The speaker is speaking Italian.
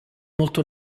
molto